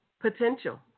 potential